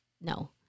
no